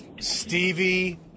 Stevie